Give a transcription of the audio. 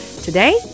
Today